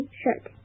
shirt